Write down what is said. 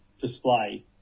display